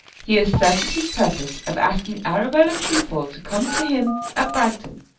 he asserted his purpose of asking arabella trefoil to come to him at bragton,